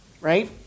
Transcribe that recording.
right